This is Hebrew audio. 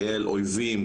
כאל אויבים,